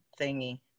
thingy